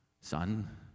Son